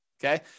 Okay